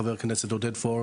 חבר הכנסת עודד פורר,